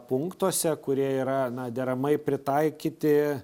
punktuose kurie yra na deramai pritaikyti